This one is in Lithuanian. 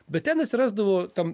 bet ten jis rasdavo tam